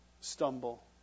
stumble